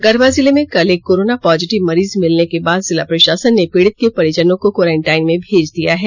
गढ़वा जिले में कल एक कोरोना पॉजिटिव मरीज मिलने के बाद जिला प्रषासन ने पीड़ित को परिजनों को क्वारेंटाइन में भेज दिया है